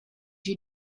you